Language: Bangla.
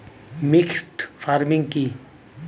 মিক্সড ফার্মিং কি?